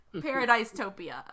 Paradise-topia